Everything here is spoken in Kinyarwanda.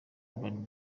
urban